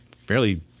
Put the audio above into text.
fairly